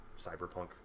cyberpunk